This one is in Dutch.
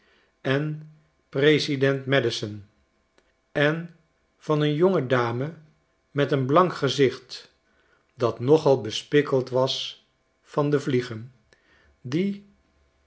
en president madison en van een jonge dame met een blank gezicht dat nogal bespikkeld was van de vliegen die